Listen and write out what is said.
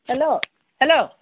hello hello